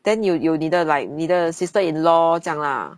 then 有有你的 like 你的 sister-in-law 这样啦